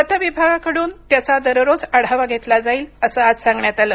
खते विभागाकडून त्याचा दररोज आढावा घेतला जाईल असं आज सांगण्यात आलं